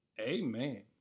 amen